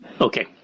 Okay